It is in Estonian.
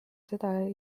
seda